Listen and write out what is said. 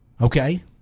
okay